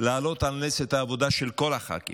להעלות על נס את העבודה של כל הח"כים,